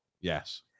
yes